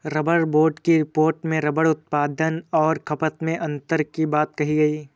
rubber board की report में rubber उत्पादन और खपत में अन्तर की बात कही गई